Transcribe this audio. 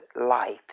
life